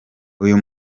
uyu